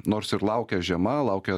nors ir laukia žiema laukia